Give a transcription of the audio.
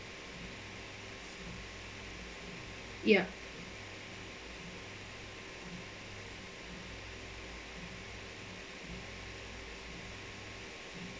ya